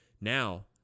Now